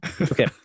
Okay